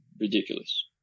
ridiculous